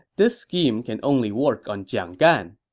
this scheme can only work on jiang gan.